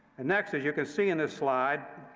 and next, as you can see in this slide,